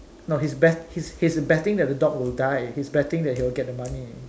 no he is bet he is betting that the dog will die he is betting that he will get the money